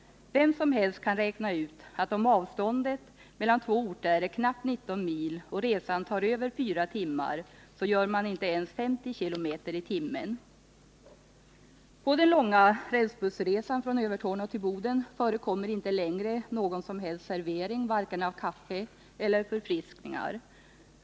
Vem som helst kan räkna ut att om avståndet mellan två orter är knappt 19 mil och resan tar över fyra timmar så gör man inte ens 50 km/tim. På den långa rälsbussresan från Övertorneå till Boden förekommer inte längre någon som helst servering, varken av kaffe eller förfriskningar.